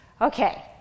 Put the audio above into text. Okay